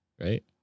right